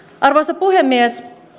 arvoisa puhemies